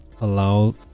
allow